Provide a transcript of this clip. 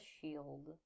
shield